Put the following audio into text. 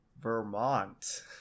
Vermont